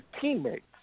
teammates